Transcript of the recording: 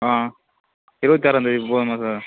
ஆ இருபத்தி ஆறாந்தேதி போதுமா சார்